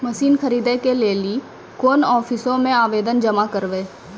Machine खरीदै के लेली कोन आफिसों मे आवेदन जमा करवै?